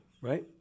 Right